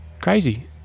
crazy